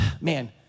man